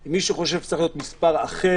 אם מישהו חושב שצריך להיות מספר אחר,